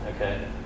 okay